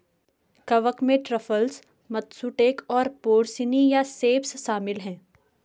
कवक में truffles, matsutake और पोर्सिनी या सेप्स शामिल हैं